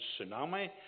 tsunami